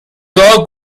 دعا